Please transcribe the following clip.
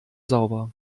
sauber